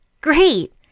Great